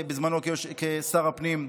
בזמנו כשר הפנים.